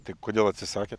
tai kodėl atsisakėt